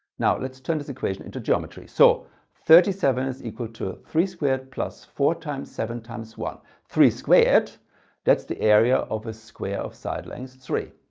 now let's turn this equation into geometry. so thirty seven is equal to three squared plus four times seven times one. three squared that's the area of a square of side length three.